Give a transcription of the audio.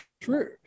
true